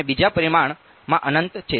અને બીજા પરિમાણમાં અનંત છે